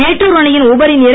மேட்டூர் அணையின் உபரி நீரை